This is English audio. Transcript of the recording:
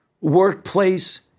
workplace